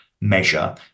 measure